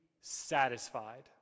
satisfied